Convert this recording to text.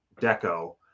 Deco